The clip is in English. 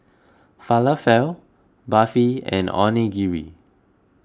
Falafel Barfi and Onigiri